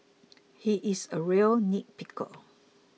he is a real nitpicker